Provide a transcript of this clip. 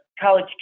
College